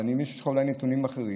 ואני מבין שאולי יש לך נתונים אחרים